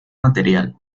material